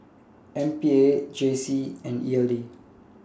M P A J C and E L D